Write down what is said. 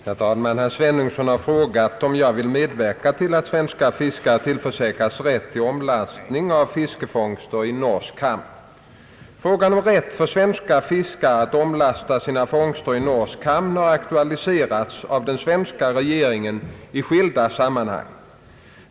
Herr talman! Herr Svenungsson har frågat om jag vill medverka till att svenska fiskare tillförsäkras rätt till omlastning av fiskefångster i norsk hamn. Frågan om rätt för svenska fiskare att omlasta sina fångster i norsk hamn har aktualiserats av den svenska regeringen i skilda sammanhang.